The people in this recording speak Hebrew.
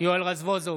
יואל רזבוזוב,